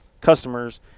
customers